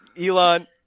Elon